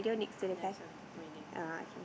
there's a radio